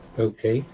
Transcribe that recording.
okay.